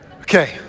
Okay